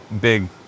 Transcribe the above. big